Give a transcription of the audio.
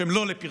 שהם לא לפרסום,